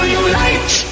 unite